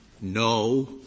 no